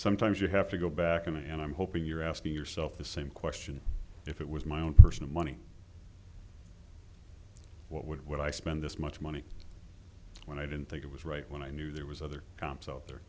sometimes you have to go back and i'm hoping you're asking yourself the same question if it was my own person what would what i spend this much money when i didn't think it was right when i knew there was other comps out there